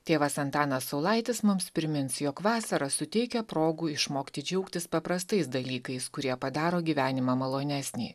tėvas antanas saulaitis mums primins jog vasara suteikia progų išmokti džiaugtis paprastais dalykais kurie padaro gyvenimą malonesnį